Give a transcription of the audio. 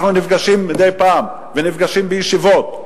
אנחנו נפגשים מדי פעם ונפגשים בישיבות.